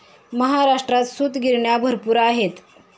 महाराष्ट्रात सूतगिरण्या भरपूर आहेत